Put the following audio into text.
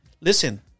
Listen